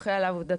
תבורכי על עבודתך,